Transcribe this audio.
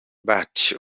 but